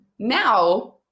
Now